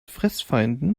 fressfeinden